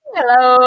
Hello